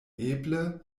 eble